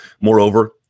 Moreover